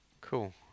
Cool